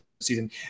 season